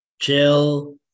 chill